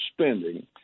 spending